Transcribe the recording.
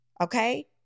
okay